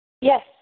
Yes